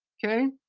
okay?